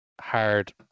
hard